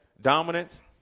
dominance –